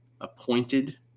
appointed